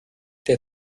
der